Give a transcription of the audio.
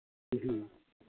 ꯎꯝ